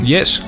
Yes